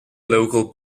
local